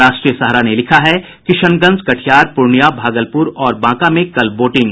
राष्ट्रीय सहारा ने लिखा है किशनगंज कटिहार पूर्णिया भागलपुर और बांका में कल वोटिंग